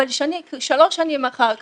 אבל שלוש שנים אחר כך,